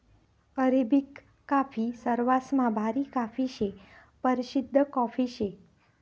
Arabic coffee सरवासमा भारी coffee शे, परशिद्ध कॉफी शे